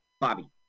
Bobby